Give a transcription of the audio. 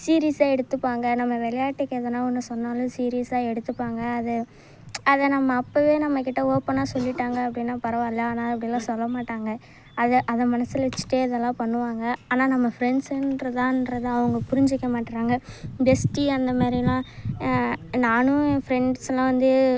சீரியஸ்ஸாக எடுத்துப்பாங்க நம்ம விளையாட்டுக்கு எதனா ஒன்று சொன்னாலும் சீரியஸ்ஸாக எடுத்துப்பாங்க அது அதை நம்ம அப்பவே நம்ம கிட்ட ஓப்பனாக சொல்லிட்டாங்க அப்படின்னா பரவாயில்லை ஆனால் அப்படிலாம் சொல்ல மாட்டாங்க அதை அதை மனசில் வச்சிகிட்டே அதெல்லாம் பண்ணுவாங்க ஆனால் நம்ம ஃப்ரெண்ட்ஸ்ஸுன்றதா இன்றதா அவங்க புரிஞ்சிக்க மாட்கிறாங்க பெஸ்ட்டீ அந்த மாதிரிலாம் நானும் என் ஃப்ரெண்ட்ஸ் எல்லாம் வந்து